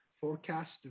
forecast